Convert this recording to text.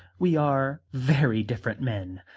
we are very different men,